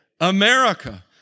America